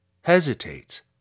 hesitates